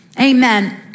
Amen